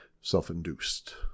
Self-induced